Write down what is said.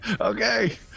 Okay